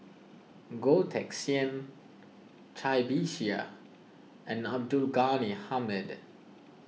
Goh Teck Sian Cai Bixia and Abdul Ghani Hamid